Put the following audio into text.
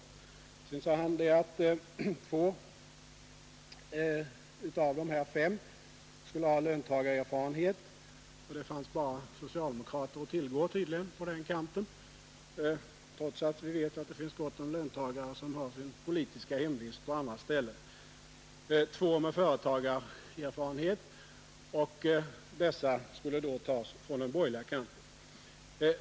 Civilministern sade också att två av de fem ledamöterna skulle ha löntagarerfarenhet, och då fanns det tydligen bara socialdemokrater att tillgå på den kanten, trots att vi vet att det finns gott om löntagare som har sin politiska hemvist på annat håll. Sedan skulle det vara två med företagarerfarenhet, och dessa skulle då tas från den borgerliga kanten.